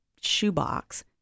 shoebox